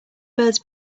birds